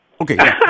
Okay